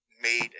made